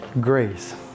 Grace